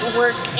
work